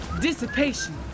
Dissipation